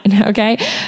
Okay